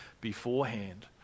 beforehand